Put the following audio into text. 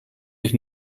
ich